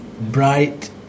bright